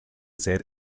ser